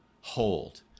hold